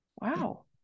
Wow